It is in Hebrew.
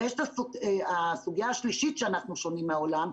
יש את הסוגיה השלישית שאנחנו שונים מהעולם,